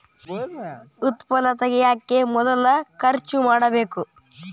ಉತ್ಪನ್ನಾ ತಗಿಯಾಕ ಮೊದಲ ಖರ್ಚು ಮಾಡಬೇಕ